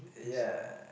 uh ya